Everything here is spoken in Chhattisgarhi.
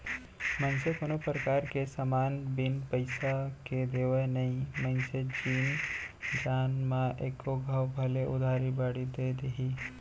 मनसे कोनो परकार के समान बिन पइसा के देवय नई मनसे चिन जान म एको घौं भले उधार बाड़ी दे दिही